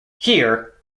here